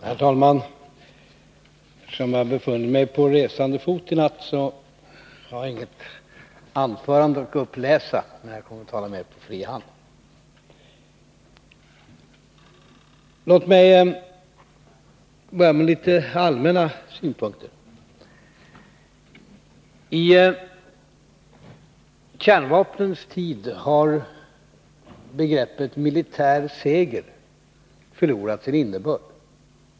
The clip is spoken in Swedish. Herr talman! Eftersom jag har befunnit mig på resande fot i natt, har jag inget anförande att uppläsa utan kommer att tala mera fritt. Låt mig börja med några allmänna synpunkter. I kärnvapnens tid har begreppet militär seger förlorat sin innebörd.